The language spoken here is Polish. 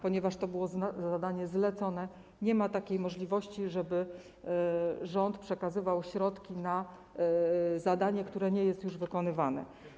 Ponieważ to było zadanie zlecone, nie ma takiej możliwości, żeby rząd przekazywał środki na zadanie, które nie jest już wykonywane.